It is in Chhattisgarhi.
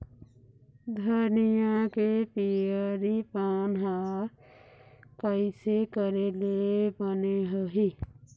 धनिया के पिवरी पान हर कइसे करेले बने होही?